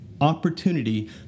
opportunity